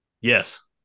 Yes